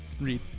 read